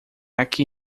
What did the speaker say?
aqui